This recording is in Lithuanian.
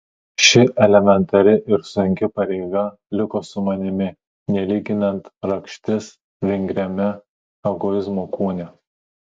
ši elementari ir sunki pareiga liko su manimi nelyginant rakštis vingriame egoizmo kūne